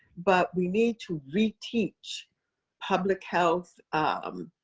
but we need to reteach public health, um